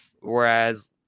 Whereas